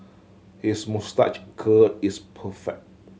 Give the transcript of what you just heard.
his moustache curl is perfect